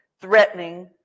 threatening